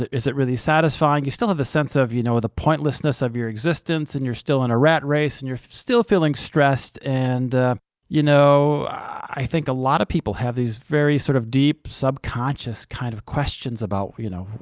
is it really satisfying? you still have a sense of, you know, the pointlessness of your existence, and you're still in a rat race, and you're still feeling stressed, and you know, i think a lot of people have these very sort of deep subconscious kind of questions about, you know,